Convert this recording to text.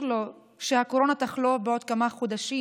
לו שהקורונה תחלוף בעוד כמה חודשים,